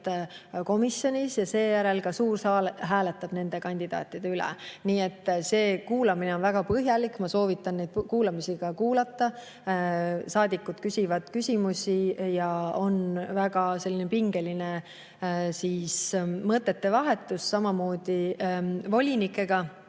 komisjonis ja seejärel ka suur saal hääletab nende kandidaatide üle. Need kuulamised on väga põhjalikud, ma soovitan neid kuulata. Saadikud küsivad küsimusi ja on väga pingeline mõttevahetus. Samamoodi on volinikega.